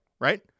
right